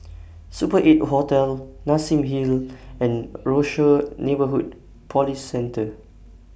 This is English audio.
Super eight Hotel Nassim Hill and Rochor Neighborhood Police Centre